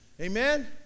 Amen